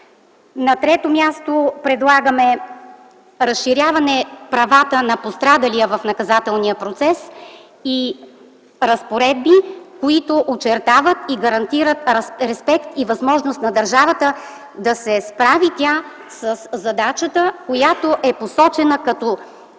На трето място, предлагаме разширяване правата на пострадалия в наказателния процес и разпоредби, които очертават и гарантират респект и възможност на държавата да се справи със задачата, която е посочена като чл.